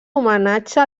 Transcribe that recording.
homenatge